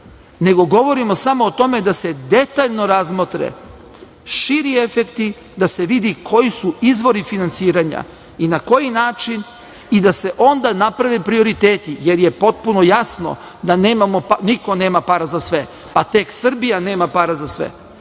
nego govorimo samo o tome da se detaljno razmotre širi efekti, da se vidi koji su izvori finansiranja i na koji način i da se onda naprave prioriteti, jer je potpuno jasno da niko nema para za sve, pa tek Srbija nema para za sve.